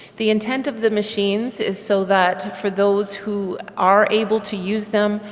the intent of the machines is so that for those who are able to use them,